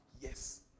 yes